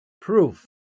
proof